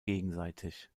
gegenseitig